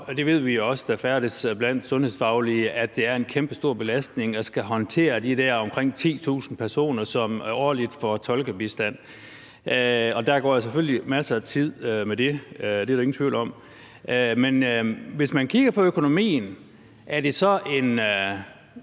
det ved vi, der færdes blandt sundhedsfaglige – at det er en kæmpestor belastning at skulle håndtere de der omkring 10.000 personer, som årligt får tolkebistand. Der går selvfølgelig masser af tid med det. Det er der ingen tvivl om. Men hvis man kigger på økonomien, er det så en